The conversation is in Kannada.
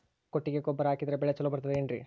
ಕೊಟ್ಟಿಗೆ ಗೊಬ್ಬರ ಹಾಕಿದರೆ ಬೆಳೆ ಚೊಲೊ ಬರುತ್ತದೆ ಏನ್ರಿ?